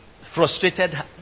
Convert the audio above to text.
frustrated